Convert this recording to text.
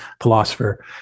philosopher